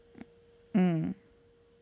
hmm